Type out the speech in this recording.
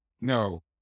no